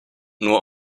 nur